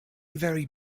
very